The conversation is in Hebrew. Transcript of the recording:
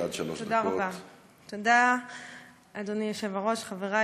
זה מה שאומר לי